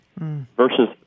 versus